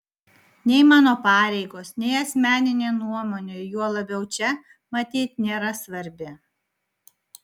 nei mano pareigos nei asmeninė nuomonė juo labiau čia matyt nėra svarbi